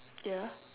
ya